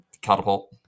catapult